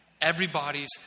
Everybody's